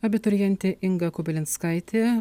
abiturientė inga kubilinskaitė